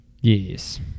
yes